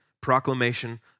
proclamation